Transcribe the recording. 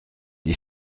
des